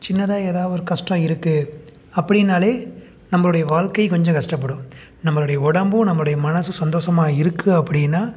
சின்னதாக எதாது ஒரு கஷ்டம் இருக்குது அப்படின்னாலே நம்மளுடைய வாழ்க்கை கொஞ்சம் கஷ்டப்படும் நம்மளுடைய உடம்பு நம்மளுடைய மனசும் சந்தோசமாக இருக்குது அப்படின்னா